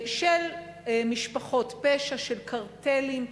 של משפחות פשע, של קרטלים,